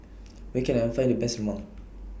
Where Can I Find The Best Mom